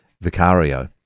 Vicario